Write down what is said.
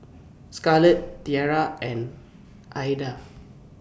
Scarlet Tiera and Aida